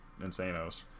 insanos